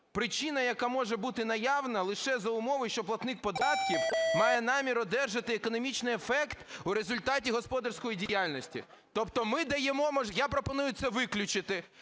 причина, яка може бути наявна лише за умови, що платник податків має намір одержати економічний ефект у результаті господарської діяльності. Тобто я пропоную це виключити,